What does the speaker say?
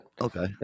Okay